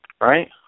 right